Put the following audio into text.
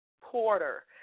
Porter